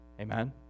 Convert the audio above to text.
Amen